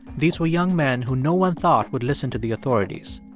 these were young men who no one thought would listen to the authorities.